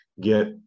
get